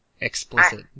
explicit